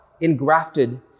engrafted